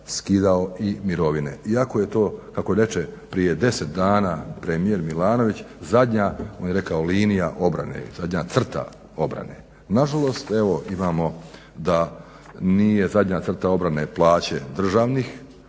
skidao i mirovine iako je to kako reće prije deset dana premijer Milanović zadnja linija obrane, zadnja crta obrane. Nažalost evo imamo da nije zadnja crta obrane plaće državnih